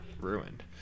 ruined